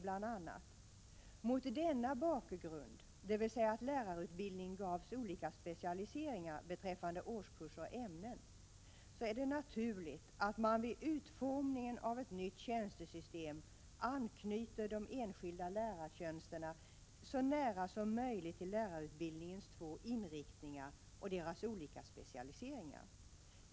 Om förslaget till att lärarutbildningen skall ges olika specialiseringar beträffande årskurser och ämnen säger man bl.a.: ”Mot denna bakgrund är det naturligt att man vid utformningen av ett nytt tjänstesystem anknyter de enskilda lärartjänsterna så nära som möjligt till lärarutbildningens två inriktningar och deras olika specialiseringar.